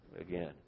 again